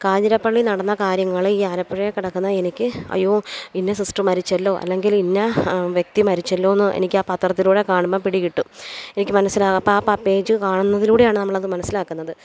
കാഞ്ഞിരപ്പള്ളിയിൽ നടന്ന കാര്യങ്ങൾ ഈ ആലപ്പുഴയിൽ കിടക്കുന്ന എനിക്ക് അയ്യോ ഇന്ന സിസ്റ്റർ മരിച്ചല്ലോ അല്ലെങ്കിൽ ഇന്ന വ്യക്തി മരിച്ചല്ലോയെന്ന് എനിക്കാ പത്രത്തിലൂടെ കാണുമ്പോൾ പിടികിട്ടും എനിക്ക് മനസ്സിലാകും അപ്പോൾ ആ പേജ് കാണുന്നതിലൂടെയാണ് നമ്മളത് മനസ്സിലാക്കുന്നത് അപ്പോൾ